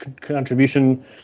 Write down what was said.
contribution